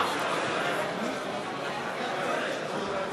שימו לב.